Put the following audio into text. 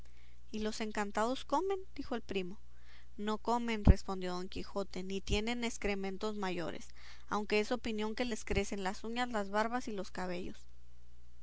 y los encantados comen dijo el primo no comen respondió don quijote ni tienen escrementos mayores aunque es opinión que les crecen las uñas las barbas y los cabellos